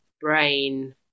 brain